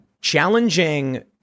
challenging